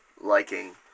liking